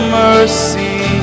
mercy